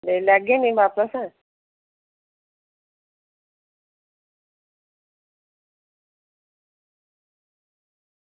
लेई लैगे निं बापस